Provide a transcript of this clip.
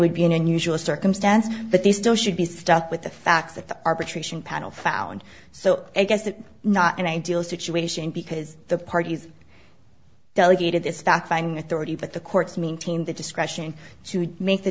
would be an unusual circumstance but they still should be stuck with the fact that the arbitration panel found so i guess that not an ideal situation because the parties delegated this fact finding authority but the courts maintain the discretion to make the